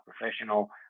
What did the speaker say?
professional